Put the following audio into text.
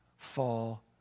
fall